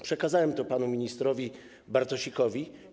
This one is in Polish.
Przekazałem to panu ministrowi Bartosikowi.